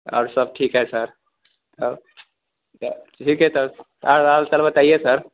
और सब ठीक है सर ठीक है सर और हाल चाल बताइए सर